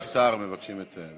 כבוד השר, מבקשים את,